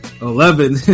Eleven